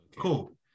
Cool